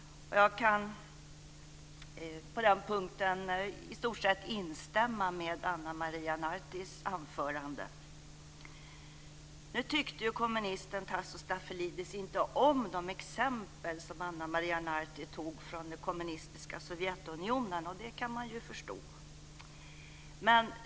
Jag kan på den punkten i stort sett instämma med Tasso Stafilidis inte om de exempel som Ana Maria Narti tog från det kommunistiska Sovjetunionen. Det kan man ju förstå.